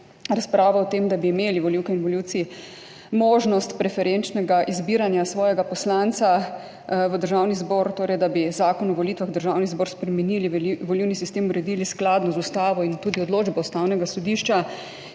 Razpravo o tem, da bi imeli volivke in volivci možnost preferenčnega izbiranja svojega poslanca v Državni zbor, torej da bi Zakon o volitvah v državni zbor spremenili, volilni sistem uredili skladno z ustavo in tudi odločbo Ustavnega sodišča,